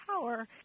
power